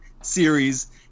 series